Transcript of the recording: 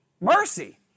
mercy